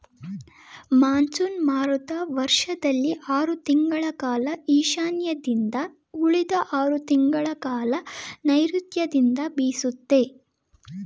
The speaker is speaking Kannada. ಮಾನ್ಸೂನ್ ಮಾರುತ ವರ್ಷದಲ್ಲಿ ಆರ್ ತಿಂಗಳ ಕಾಲ ಈಶಾನ್ಯದಿಂದ ಉಳಿದ ಆರ್ ತಿಂಗಳಕಾಲ ನೈರುತ್ಯದಿಂದ ಬೀಸುತ್ತೆ